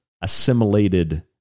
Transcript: assimilated